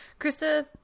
Krista